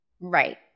Right